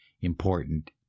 important